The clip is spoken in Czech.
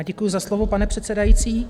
Děkuji za slovo, pane předsedající.